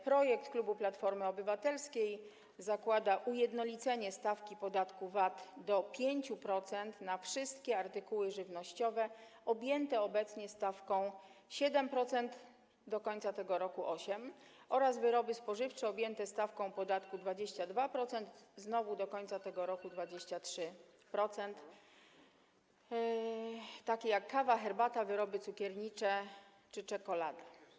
Projekt klubu Platformy Obywatelskiej zakłada ujednolicenie stawki podatku VAT do 5% na wszystkie artykuły żywnościowe objęte obecnie stawką 7% - do końca tego roku 8% - oraz wyroby spożywcze objęte stawką podatku 22% - znowu do końca tego roku 23% - takie jak kawa, herbata, wyroby cukiernicze czy czekolada.